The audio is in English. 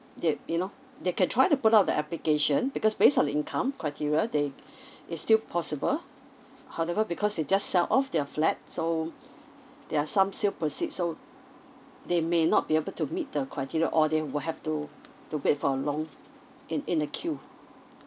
they you know they can try to put up the application because based on the income criteria they it's still possible however because they just sell off their flat so there are some sale proceed so they may not be able to meet the criteria or they will have to to wait for a long in in the queue